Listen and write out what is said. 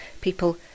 people